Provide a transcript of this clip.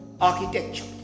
architecture